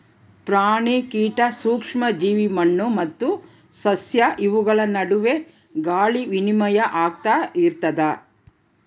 ಪ್ರಾಣಿ ಕೀಟ ಸೂಕ್ಷ್ಮ ಜೀವಿ ಮಣ್ಣು ಮತ್ತು ಸಸ್ಯ ಇವುಗಳ ನಡುವೆ ಗಾಳಿ ವಿನಿಮಯ ಆಗ್ತಾ ಇರ್ತದ